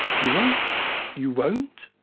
you won't you won't?